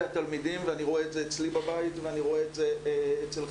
התלמידים ואני רואה את זה אצלי בבית ואצל חברים.